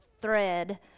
thread